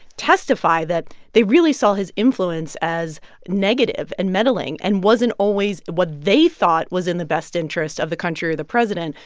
testify that they really saw his influence as negative and meddling and wasn't always what they thought was in the best interest of the country or the president.